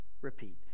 repeat